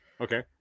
Okay